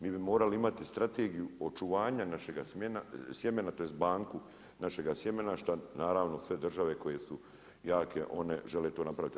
Mi bi morali imati strategiju očuvanja našega sjemena, tj. banku našega sjemena šta naravno sve države koje su jake one žele to napraviti.